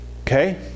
Okay